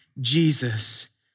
Jesus